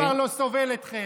גם הציבור כבר לא סובל אתכם.